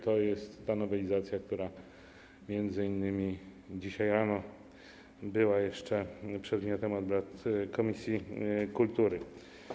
To jest ta nowelizacja, która m.in. dzisiaj rano była jeszcze przedmiotem obrad komisji kultury.